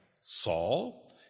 Saul